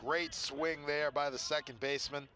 great swing there by the second basem